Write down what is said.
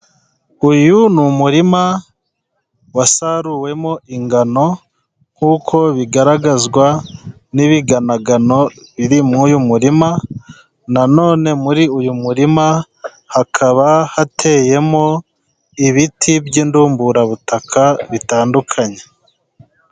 Uyu ni umurima wasaruwemo ingano nkuko bigaragazwa n'ibiganagano biri mu uyu murima, na none muri uyu murima hakaba hateyemo ibiti by'indumburabutaka bitandukanye.